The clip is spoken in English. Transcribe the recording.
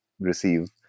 receive